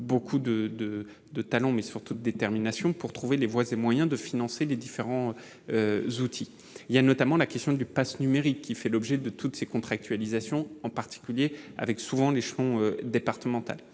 de, de, de talent, mais surtout de détermination pour trouver les voies ses moyens de financer les différents outils, il y a notamment la question du Pass numérique qui fait l'objet de toutes ces contractualisation en particulier avec souvent l'échelon départemental,